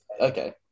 okay